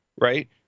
Right